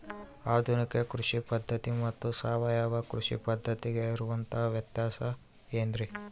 ಆಧುನಿಕ ಕೃಷಿ ಪದ್ಧತಿ ಮತ್ತು ಸಾವಯವ ಕೃಷಿ ಪದ್ಧತಿಗೆ ಇರುವಂತಂಹ ವ್ಯತ್ಯಾಸ ಏನ್ರಿ?